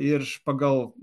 ir pagal